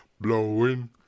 blowing